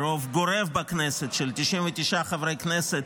ברוב גורף בכנסת של 99 חברי כנסת,